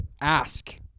ask